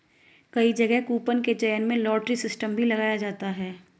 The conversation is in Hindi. कई जगह कूपन के चयन में लॉटरी सिस्टम भी लगाया जाता है